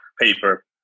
paper